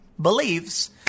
believes